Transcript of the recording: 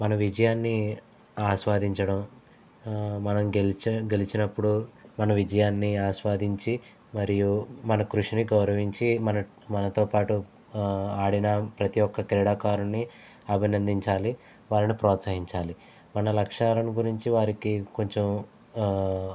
మన విజయాన్ని ఆస్వాదించడం మనం గెలిచ గెలిచినప్పుడు మన విజయాన్ని ఆస్వాదించి మరియు మన కృషిని గౌరవించి మన్ మనతో పాటు ఆడిన ప్రతి ఒక్క క్రీడాకారున్నిఅభినందించాలి వారిని ప్రోత్సహించాలి మన లక్ష్యాలను గురించి వారికి కొంచెం